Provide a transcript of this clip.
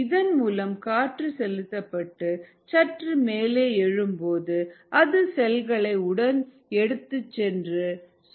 இதன் மூலம் காற்று செலுத்தப்பட்டு சற்று மேலே எழும்பொழுது அது செல்களை உடன் எடுத்துச்சென்று சுழல் நிலையில் வைக்கிறது